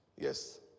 Yes